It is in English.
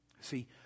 See